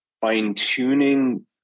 fine-tuning